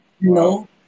No